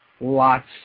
lots